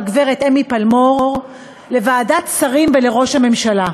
הגברת אמי פלמור, לוועדת שרים ולראש הממשלה.